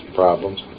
problems